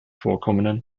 vorkommenden